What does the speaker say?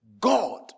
god